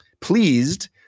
pleased